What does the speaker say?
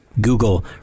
Google